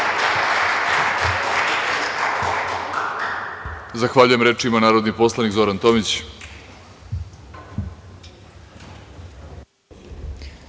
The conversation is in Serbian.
Zahvaljujem. Reč ima narodni poslanik Zoran Tomić.